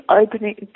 opening